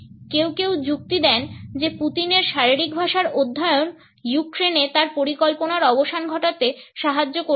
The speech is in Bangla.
কেউ কেউ যুক্তি দেন যে পুতিনের শারীরিক ভাষার অধ্যয়ন ইউক্রেনে তার পরিকল্পনার অবসান ঘটাতে সাহায্য করতে পারে